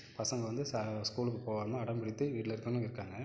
பசங்க வந்து ச ஸ்கூலுக்கு போகாமல் அடம் பிடித்து வீட்டில் இருக்கணும்னு இருக்காங்க